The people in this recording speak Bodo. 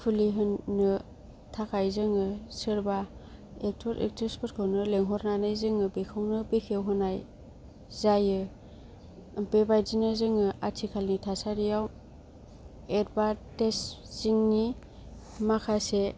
खुलिहोनो थाखाय जोङो सोरबा एकटर एकट्रिसफोरखौनो लेंहरनानै जोङो बेखौनो बेखेवहोनाय जायो बेबादिनो जोङो आथिखालनि थासारियाव एडभारटेस जिंनि माखासे